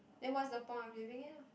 then what's the point of living lah